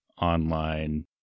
online